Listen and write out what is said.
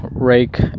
rake